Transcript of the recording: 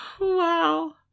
Wow